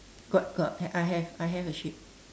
got got I have I have a sheep